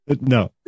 no